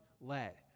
let